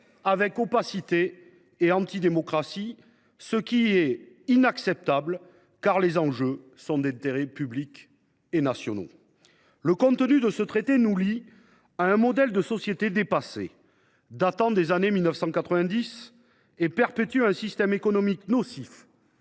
avec opacité et anti démocratie, ce qui est inacceptable, car leurs enjeux sont d’intérêt public et national. Le contenu de ce traité nous lie à un modèle de société dépassé, datant des années 1990, et perpétue un système économique nocif